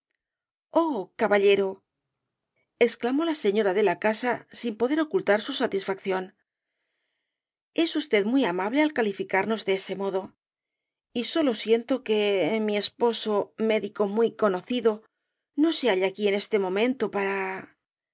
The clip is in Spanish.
caballerol exclamó la señora de la casa sin poder ocultar su satisfacción es usted muy amable al calificarnos de ese modo y sólo siento que rosalía de castro mi esposo médico muy conocido no se halle aquí en este momento para